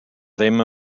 ddim